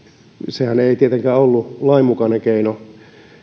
mikä ei tietenkään ollut lainmukainen keino